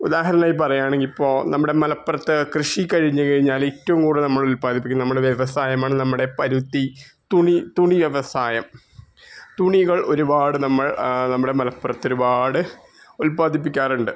ഉദാഹരണമായി പറയുകയാണെങ്കിൽ ഇപ്പോൾ നമ്മുടെ മലപ്പുറത്ത് കൃഷി കഴിഞ്ഞ് കഴിഞ്ഞാല് ഏറ്റവും കൂടുതൽ നമ്മളുൽപ്പാദിപ്പിക്കുന്ന നമ്മുടെ വ്യവസായമാണ് നമ്മുടെ പരുത്തി തുണി തുണി വ്യവസായം തുണികൾ ഒരുപാട് നമ്മൾ നമ്മുടെ മലപ്പുറത്തൊരുപാട് ഉൽപ്പാദിപ്പിക്കാറുണ്ട്